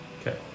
Okay